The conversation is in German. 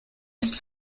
ist